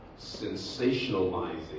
sensationalizing